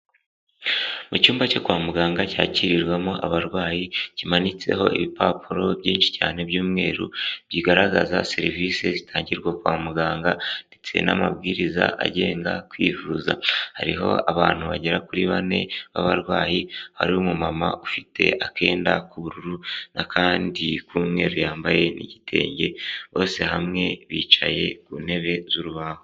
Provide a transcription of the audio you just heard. Mu cyumba cyo kwa muganga cyakirirwamo abarwayi, kimanitseho ibipapuro byinshi cyane by'umweru bigaragaza serivisi zitangirwa kwa muganga ndetse n'amabwiriza agenga kwivuza, hariho abantu bagera kuri bane b'abarwayi, hari umumama ufite akenda k'ubururu n'akandi k'umweru yambaye ni igitenge, bose hamwe bicaye ku ntebe z'urubaho.